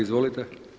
Izvolite.